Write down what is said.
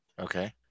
Okay